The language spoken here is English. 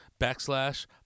backslash